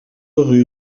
rue